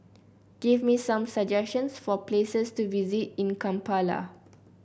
give me some suggestions for places to visit in Kampala